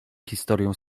historię